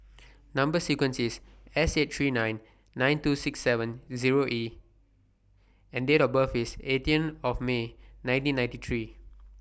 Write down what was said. Number sequence IS S eight three nine two six seven Zero E and Date of birth IS eighteen of May nineteen ninety three